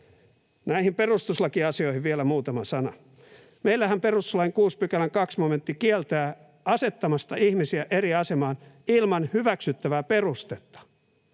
Näistä perustuslakiasioista vielä muutama sana. Meillähän perustuslain 6 §:n 2 momentti kieltää asettamasta ihmisiä eri asemaan ilman hyväksyttävää perustetta.